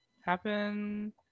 happen